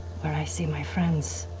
where i see my friends.